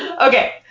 Okay